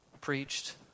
preached